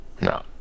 No